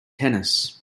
tennis